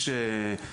יש,